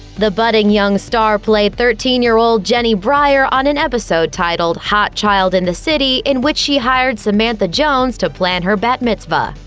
the budding young star played thirteen year old jenny brier on an episode titled hot child in the city in which she hired samantha jones to plan her bat mitzvah.